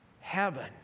heaven